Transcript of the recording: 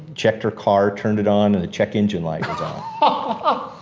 checked her car, turned it on and the checked engine light ah